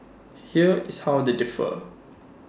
here is how they differ